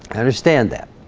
understand that